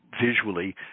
Visually